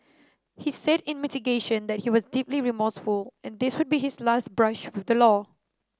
he said in mitigation that he was deeply remorseful and this would be his last brush with the law